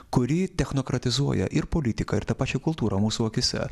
kuri technokratizuoja ir politiką ir tą pačią kultūrą mūsų akyse